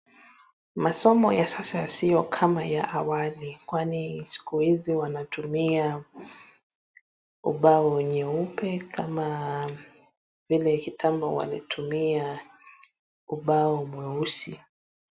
Masomo ya sasa sio kama ya awali kwani siki hizi wanatumia ubao nyeupe kama vile kitambo walitumia ubao mweusi.